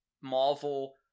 Marvel